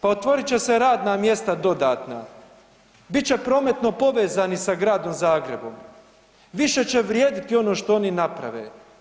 Pa otvorit će se radna mjesta dodatna, bit će prometno povezani sa gradom Zagrebom, više će vrijediti ono što oni naprave.